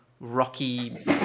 rocky